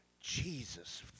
Jesus